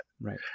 Right